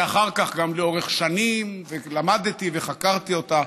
ואחר כך גם לאורך שנים, ולמדתי וחקרתי אותה.